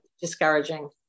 discouraging